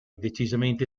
decisamente